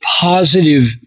positive